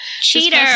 cheater